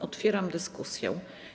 Otwieram dyskusję.